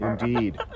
indeed